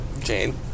Jane